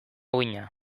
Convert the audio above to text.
uhina